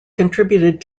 contributed